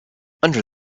under